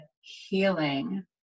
healing